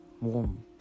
warm